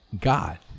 God